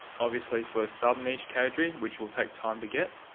obviously for sub niche category which will take time to get.